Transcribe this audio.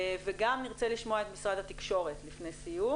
וגם נרצה לשמוע את משרד התקשורת לסיום.